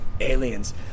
Aliens